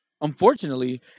Unfortunately